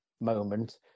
moment